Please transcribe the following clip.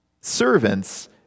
servants